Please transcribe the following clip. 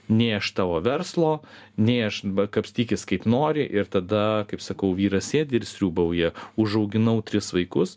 nei aš tavo verslo nei aš kapstykis kaip nori ir tada kaip sakau vyras sėdi ir sriūbauja užauginau tris vaikus